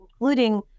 including